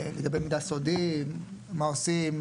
לגבי מידע סודי, מה עושים?